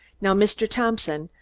now, mr. thompson,